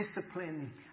discipline